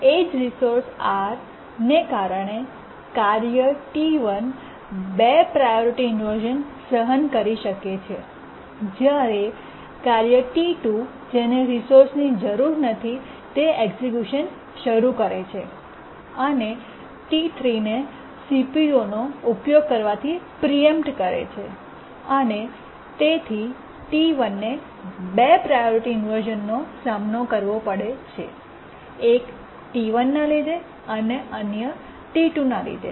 એ જ resource R ને કારણે કાર્ય T1 2 પ્રાયોરિટી ઇન્વર્શ઼ન સહન કરી શકે છે જ્યારે કાર્ય T2 જેને રિસોર્સની જરૂર નથી તે એક્સક્યૂશન શરૂ કરે છે અને T3 ને CPUનો ઉપયોગ કરવાથી પ્રીએમ્પ્ટ કરે છે અને તેથી T1 ને 2 પ્રાયોરિટી ઇન્વર્શ઼નનો સામનો કરવો પડે છે તે એક T3 ના લીધે અને અન્ય T2 ના લીધે